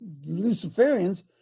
Luciferians